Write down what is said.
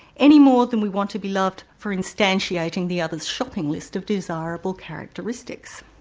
any more than we want to be loved for instantiating the other's shopping list of desirable characteristics.